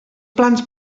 plans